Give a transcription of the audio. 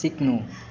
सिक्नु